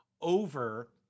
over